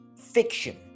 fiction